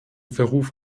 verruf